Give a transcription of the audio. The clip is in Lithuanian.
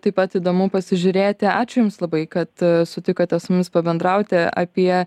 taip pat įdomu pasižiūrėti ačiū jums labai kad sutikote su mumis pabendrauti apie